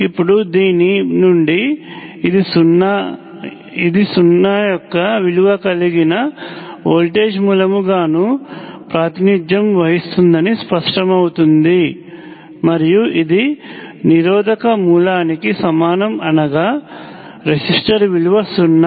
ఇప్పుడు దీని నుండి ఇది యొక్క సున్నా విలువ కలిగిన వోల్టేజ్ మూలము గానూ ప్రాతినిధ్యం వహిస్తుందని స్పష్టమవుతుంది మరియు ఇది నిరోధక మూలానికి సమానం అనగా రెసిస్టర్ విలువ సున్నా